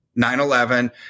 9-11